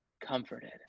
comforted